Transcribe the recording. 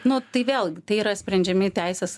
nu tai vėlgi tai yra sprendžiami teisės